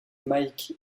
mike